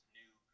new